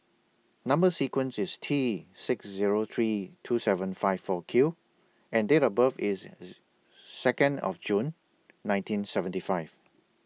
Number sequence IS T six Zero three two seven five four Q and Date of birth IS Second of June nineteen seventy five